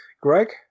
Greg